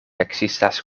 ekzistas